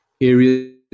areas